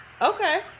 Okay